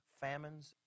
famines